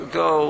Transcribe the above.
go